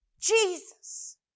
Jesus